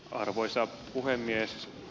arvoisa puhemies